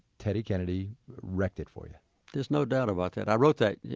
teddy kennedy wrecked it for you there's no doubt about that. i wrote that,